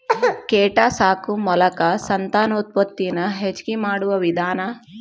ಕೇಟಾ ಸಾಕು ಮೋಲಕಾ ಸಂತಾನೋತ್ಪತ್ತಿ ನ ಹೆಚಗಿ ಮಾಡುವ ವಿಧಾನಾ